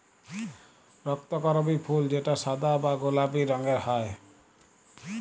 রক্তকরবী ফুল যেটা সাদা বা গোলাপি রঙের হ্যয়